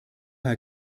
herr